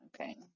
okay